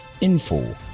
info